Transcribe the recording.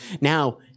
now